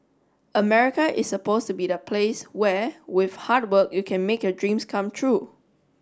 America is supposed to be the place where with hard work you can make your dreams come true